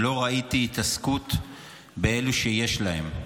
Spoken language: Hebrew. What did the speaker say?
ולא ראיתי התעסקות באלה שיש להם.